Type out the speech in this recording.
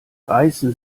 reißen